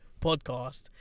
podcast